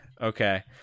Okay